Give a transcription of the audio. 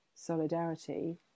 solidarity